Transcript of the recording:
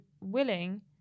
Willing